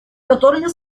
которыми